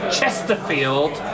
Chesterfield